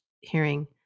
hearing